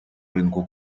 ринку